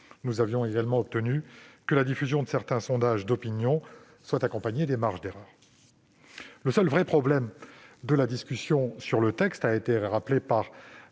Nous avons également obtenu que la diffusion de certains sondages d'opinion soit accompagnée des marges d'erreur. Le seul vrai problème de la discussion de ce texte a été